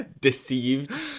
deceived